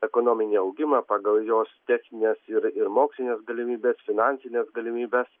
ekonominį augimą pagal jos technines ir ir mokslines galimybes finansines galimybes